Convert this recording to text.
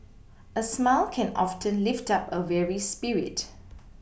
a smile can often lift up a weary spirit